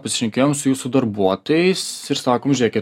pasišnekėjom su jūsų darbuotojais ir sakom žiūrėkit